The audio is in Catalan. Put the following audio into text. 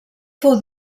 fou